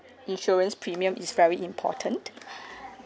insurance premium is very important